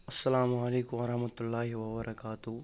السلامُ علیکُم ورحمتُہ اللہ وبرکاتہ ہوٗ